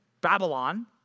Babylon